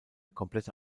komplette